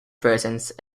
presence